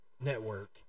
network